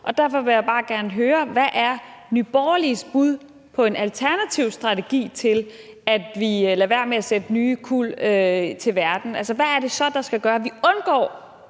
Derfor vil jeg bare gerne høre: Hvad er Nye Borgerliges bud på en alternativ strategi til, at vi lader være med at sætte nye kuld i verden? Hvad er det så, der skal gøre, at vi undgår